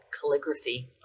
calligraphy